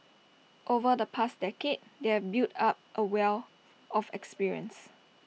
over the past decade they have built up A wealth of experience